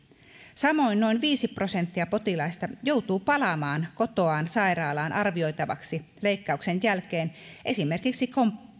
samoin noin viisi prosenttia potilaista joutuu palaamaan kotoaan sairaalaan arvioitavaksi leikkauksen jälkeen esimerkiksi